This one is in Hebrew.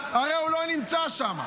הרי הוא לא נמצא שמה.